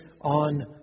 on